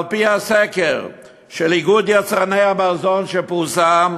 על-פי הסקר של איגוד יצרני המזון שפורסם,